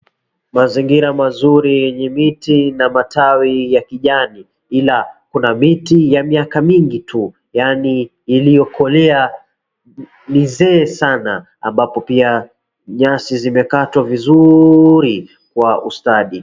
Mazingira mazuri yenye miti na matawi ya kijani ila kuna miti ya miaka mingi tuu, yaani iliokolea mizee saana ambapo pia nyasi zimekatwa vizuri kwa ustadi.